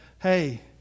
hey